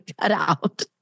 cutout